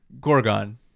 gorgon